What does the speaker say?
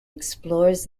explores